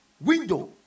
window